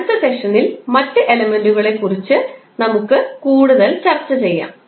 അടുത്ത സെഷനിൽ മറ്റ് എലമെൻറുകളെക്കുറിച്ച് നമുക്ക് കൂടുതൽ ചർച്ച ചെയ്യാം